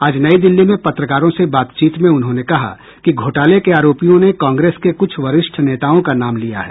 आज नई दिल्ली में पत्रकारों से बातचीत में उन्होंने कहा कि घोटाले के आरोपियों ने कांग्रेस के कुछ वरिष्ठ नेताओं का नाम लिया है